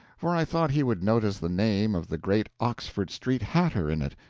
for i thought he would notice the name of the great oxford street hatter in it,